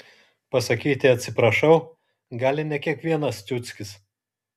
pasakyti atsiprašau gali ne kiekvienas ciuckis